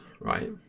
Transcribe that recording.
right